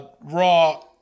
Raw